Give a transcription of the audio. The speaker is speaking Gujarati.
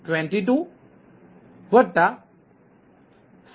61છે